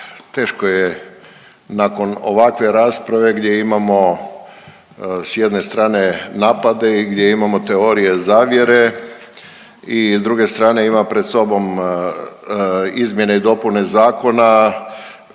teško je nakon ovakve rasprave gdje imamo s jedne strane napade i gdje imamo teorije zavjere i druge strane ima pred sobom izmjene i dopune zakona,